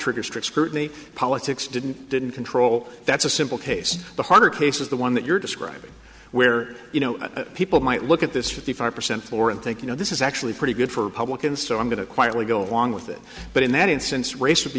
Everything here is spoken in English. triggered strict scrutiny politics didn't didn't control that's a simple case the harder case is the one that you're describing where you know people might look at this fifty five percent floor and think you know this is actually pretty good for republicans so i'm going to quietly go along with it but in that instance race will be